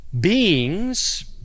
beings